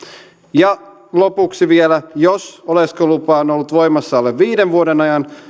ja lopuksi vielä jos oleskelulupa on ollut voimassa alle viiden vuoden ajan